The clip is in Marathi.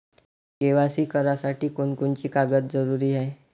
के.वाय.सी करासाठी कोनची कोनची कागद जरुरी हाय?